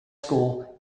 school